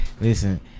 listen